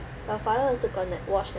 your father also going to watch